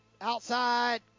outside